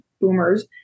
boomers